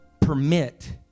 permit